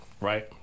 right